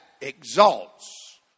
exalts